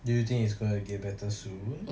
do you think is gonna get better soon